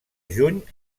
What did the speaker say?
juny